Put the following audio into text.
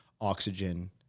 oxygen